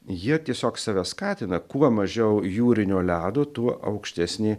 jie tiesiog save skatina kuo mažiau jūrinio ledo tuo aukštesnė